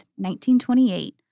1928